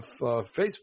Facebook